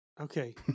Okay